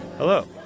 Hello